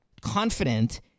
confident